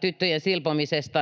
tyttöjen silpomisesta,